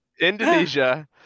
Indonesia